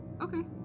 okay